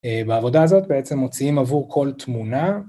בעבודה הזאת בעצם מוציאים עבור כל תמונה.